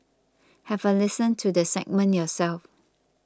have a listen to the segment yourself